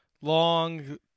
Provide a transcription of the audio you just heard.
long